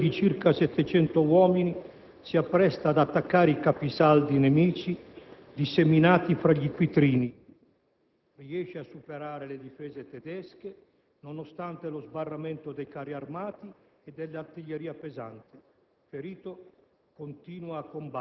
una formazione di circa 700 uomini si appresta ad attaccare i capisaldi nemici disseminati fra gli acquitrini; riesce a superare le difese tedesche, nonostante lo sbarramento dei carri armati e dell'artiglieria pesante. Ferito,